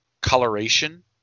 coloration